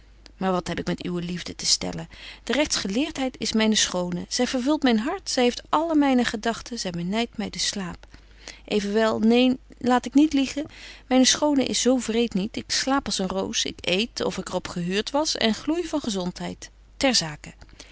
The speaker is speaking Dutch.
maar wat heb ik met uwe liefde te stellen de rechtsgeleertheid is myne schone zy vervult myn hart zy heeft alle myne gedagten zy benydt my den slaap evenbetje wolff en aagje deken historie van mejuffrouw sara burgerhart wel neen laat ik niet liegen myne schone is zo wreet niet ik slaap als een roos ik eet of ik er op gehuurt was en gloei van gezontheid